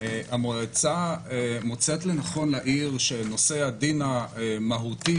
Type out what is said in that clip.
המועצה מוצאת לנכון להעיר שנושא הדין המהותי